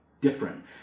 different